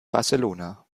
barcelona